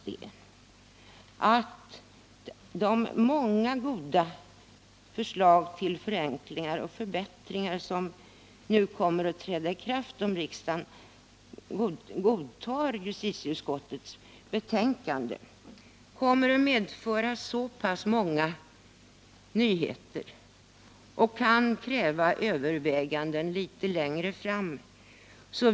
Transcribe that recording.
De många förenklingar och förbättringar som kommer att införas om riksdagen godtar justitieutskottets förslag innebär så många nyheter att det kan krävas överväganden litet längre fram.